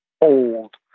old